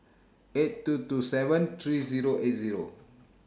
eight two two seven three Zero eight Zero